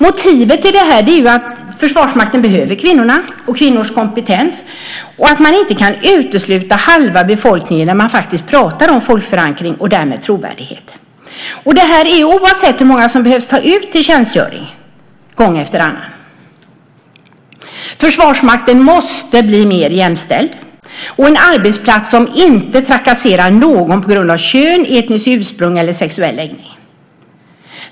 Motivet till detta är att Försvarsmakten behöver kvinnorna och kvinnors kompetens. Man kan inte utesluta halva befolkningen när man pratar om folkförankring. Det handlar om trovärdighet. Detta gäller oavsett hur många som behöver tas ut till tjänstgöring. Försvarsmakten måste bli mer jämställd och en arbetsplats som inte trakasserar någon på grund av kön, etniskt ursprung eller sexuell läggning.